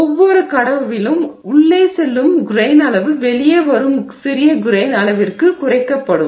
ஒவ்வொரு கடவுவிலும் உள்ளே செல்லும் கிரெய்ன் அளவு வெளியே வரும் சிறிய கிரெய்ன் அளவிற்குக் குறைக்கப்படும்